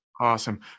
Awesome